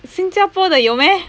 新加坡的有咩